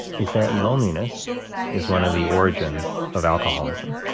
is that loneliness is one of the origins of alcoholism.